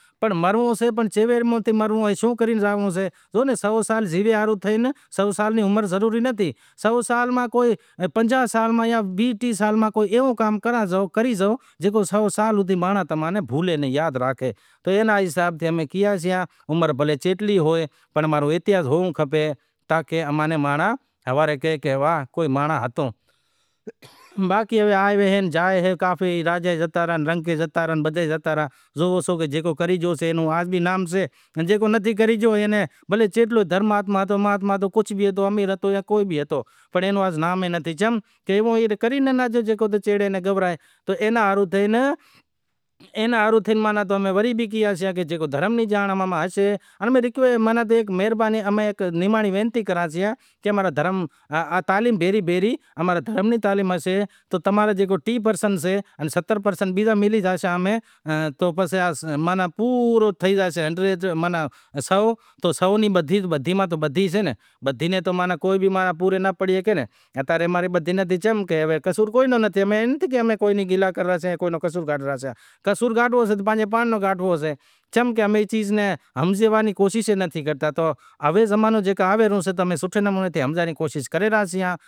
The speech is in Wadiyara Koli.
اماں کنیں، سندہ میں جیوو کر گائے، ڈگھا نوں، انے آنپڑو بکرو، مرغی اینا ئے لیوا، کہ امیں سبزی استعمال کراں سئے کہ بھنڈی تھی گوار تھی، توریاں تھا کہ آپنڑیں کاریلا تھئی اے چیزوں امیں استعمال کراں سئے، بھینڈیوں، گوار تھیو ٹینڈا تھا، گرمی ری موسم میں تیار تھاشیں، باقی سائیں مٹر شئے، چپڑ ٹینڈا سئے، ای چیزوں شیاراں میں تیارتھیشیں۔ ٹھیک اے ای چیزیں امیں استعمال کراں سئاں، بیزی وات اے شئے کہ گوشت امیں وڈیارا قوم گھٹ استعمال کراسیاں، گوشت امیں استعمال نتھی کرتا چم کہ اکثر کرے امیں سناتن دھرم مطلب وشنو دیوا نیں پوجا کراں سے تو گوشت ماتھے امارو ایترو نتھی مطلب جیکو بھی سئہ امارو خاص کرے سبزی سئے دال سئہ کوئی پالک سئے ایوی ایوی چیزوں جیوو کر جیکو زمینی چیزوں سئہ ایوی چیزوں استعمال کراں سیاں، انے علاوا جیکو بھی شادی مرادی میں بھی امیں ایوی چیزوں مطلب کو چنڑا ری بھاجی ٹھائی کو بریانی ٹھاوی کو نمکین وگیرا کو مٹھو ٹھاہیو کو نان وگیرا ایوی دعوت امیں کراں سیئاں۔